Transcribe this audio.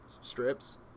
strips